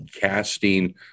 casting